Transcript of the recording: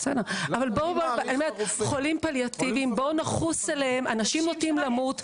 בואו נחוס על חולים פליאטיביים ועל אנשים נוטים למות,